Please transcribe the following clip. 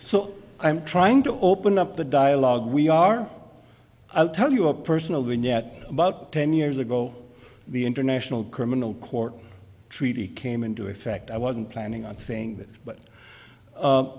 so i'm trying to open up the dialogue we are i'll tell you a personal vignette about ten years ago the international criminal court treaty came into effect i wasn't planning on saying this but